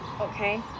Okay